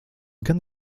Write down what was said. gan